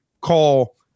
call